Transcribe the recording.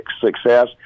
success